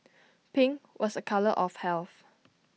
pink was A colour of health